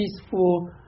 peaceful